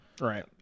Right